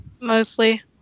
Mostly